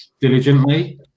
diligently